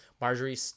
marjorie